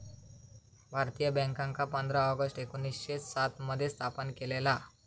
भारतीय बॅन्कांका पंधरा ऑगस्ट एकोणीसशे सात मध्ये स्थापन केलेला